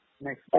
Next